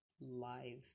live